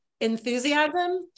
enthusiasm